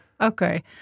Okay